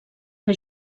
que